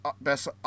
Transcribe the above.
best